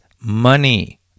money